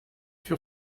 sur